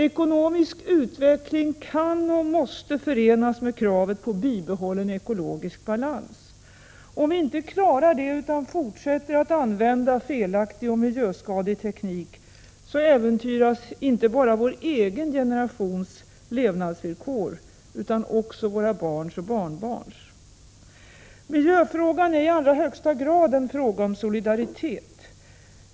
Ekonomisk utveckling kan och måste förenas med kravet på bibehållen ekologisk balans. Om vi inte klarar det utan fortsätter att använda felaktig och miljöskadlig teknik, äventyras inte bara vår egen generations levnadsvillkor utan också våra barns och barnbarns. Miljöfrågan är i allra högsta grad en fråga om solidaritet.